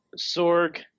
Sorg